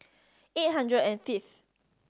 eight hundred and fifth